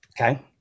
okay